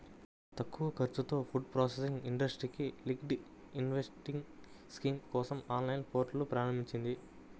తక్కువ ఖర్చుతో food processing ఇండస్ట్రీకి లింక్డ్ ఇన్సెంటివ్ స్కీమ్ కోసం ఆన్లైన్ పోర్టల్ను ప్రారంభించింది